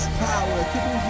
power